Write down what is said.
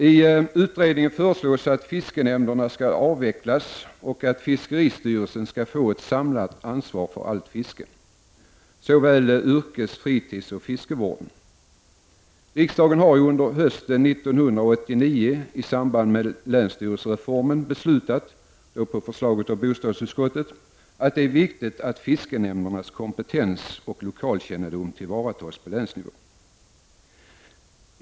I utredningen föreslås att fiskenämnderna skall avskaffas och att fiskeristyrelsen skall få ett samlat ansvar för allt fiske, såväl för yrkesfisket och fritidsfisket som fiskevården. Riksdagen har under hösten 1989, i samband med länsstyrelsereformen, beslutat — på förslag av bostadsutskottet — att det är viktigt att fiskenämndernas kompetens och lokalkännedom tillvaratas på länsnivå.